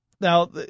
Now